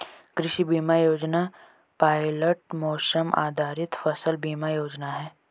कृषि बीमा योजना पायलट मौसम आधारित फसल बीमा योजना है